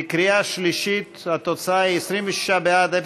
בקריאה שלישית התוצאה היא 26 בעד,